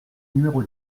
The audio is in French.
numéro